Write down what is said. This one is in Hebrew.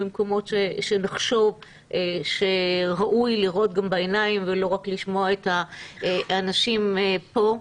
במקומות שנחשוב שראוי לראות גם בעיניים ולא רק לשמוע את האנשים פה.